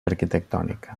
arquitectònica